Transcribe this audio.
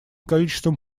количеством